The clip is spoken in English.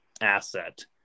Asset